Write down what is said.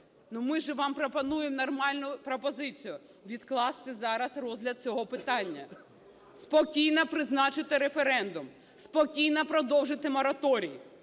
Ми ж вам пропонуємо нормальну пропозицію: відкласти зараз розгляд цього питання, спокійно призначити референдум, спокійно продовжити мораторій.